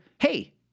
Hey